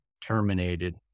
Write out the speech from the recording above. terminated